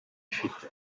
ifite